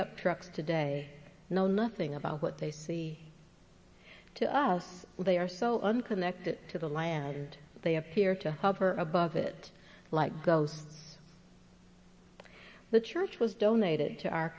up trucks today know nothing about what they see to us they are so unconnected to the land they appear to hover above it like ghosts the church was donated to our